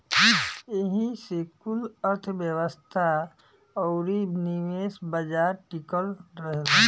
एही से कुल अर्थ्व्यवस्था अउरी निवेश बाजार टिकल रहेला